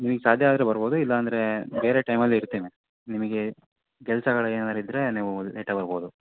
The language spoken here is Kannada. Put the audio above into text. ನಿಮಗೆ ಸಾಧ್ಯ ಆದರೆ ಬರ್ಬೋದು ಇಲ್ಲಾಂದರೆ ಬೇರೆ ಟೈಮಲ್ಲಿ ಇರ್ತೀನಿ ನಿಮಗೆ ಕೆಲ್ಸಗಳು ಏನಾರೂ ಇದ್ದರೆ ನೀವು ಲೇಟಾಗಿ ಬರ್ಬೋದು